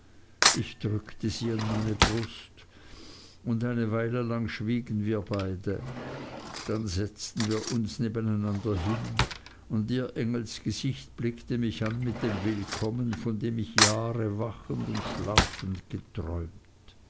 ich drückte sie an meine brust und eine weile lang schwiegen wir beide dann setzten wir uns nebeneinander hin und ihr engelsgesicht blickte mich an mit dem willkommen von dem ich jahre wachend und schlafend geträumt